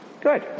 Good